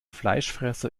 fleischfresser